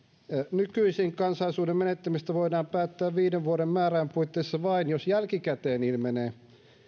nykyisin kansalaisuuden menettämisestä voidaan päättää viiden vuoden määräajan puitteissa vain jos jälkikäteen ilmenee